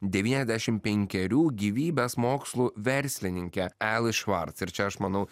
devyniasdešimt penkerių gyvybės mokslų verslininkė eli švarc ir čia aš manau